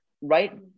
right